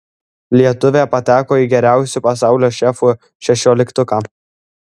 lietuvė pateko į geriausių pasaulio šefų šešioliktuką